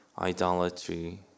idolatry